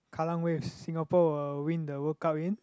Kallang Wave Singapore will win the World Cup in